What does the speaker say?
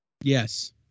Yes